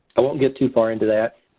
i won't get too far into that.